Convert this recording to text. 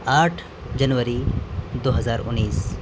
آٹھ جنوری دو ہزار انیس